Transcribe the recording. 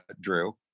Drew